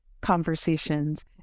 conversations